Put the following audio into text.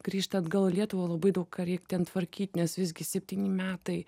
grįžt atgal į lietuvą labai daug ką reik ten tvarkyt nes visgi septyni metai